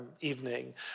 evening